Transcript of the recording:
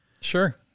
Sure